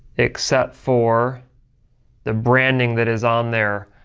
except for the branding that is on there.